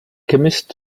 chemist